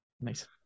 Nice